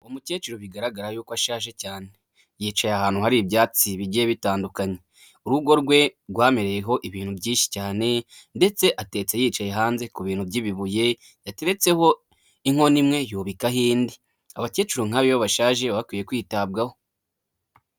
Umukecuru bigaragara yuko ashaje cyane, yicaye ahantu hari ibyatsi bigiye bitandukanye, urugo rwe rwamereyeho ibintu byinshi cyane ndetse atetse yicaye hanze ku bintu by'ibibuye yateretseho inkono imwe yubikaho indi, abakecuru nk'aba iyo bashaje baba bakwiye kwitabwaho.